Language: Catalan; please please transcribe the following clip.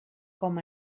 com